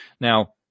Now